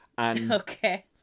Okay